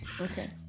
Okay